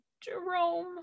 jerome